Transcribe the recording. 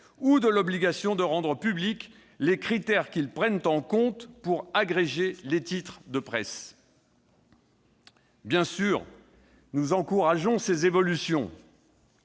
lesdits acteurs à rendre publics les critères qu'ils prennent en compte pour agréger les titres de presse. Bien sûr, nous encourageons ces évolutions.